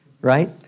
right